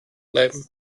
bleiben